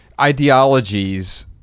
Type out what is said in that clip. ideologies